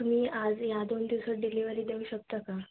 तुम्ही आज या दोन दिवसात डिलीवरी देऊ शकता का